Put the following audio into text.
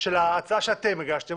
של ההצעה שאתם הגשתם,